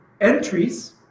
entries